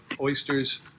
oysters